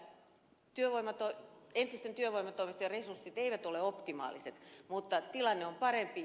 tällä hetkellä entisten työvoimatoimistojen resurssit eivät ole optimaaliset mutta tilanne on parempi